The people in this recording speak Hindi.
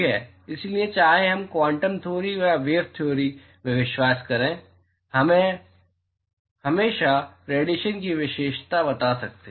इसलिए चाहे हम क्वांटम थियोरी या वेव थियोरी में विश्वास करें हम हमेशा रेडिएशन की विशेषता बता सकते हैं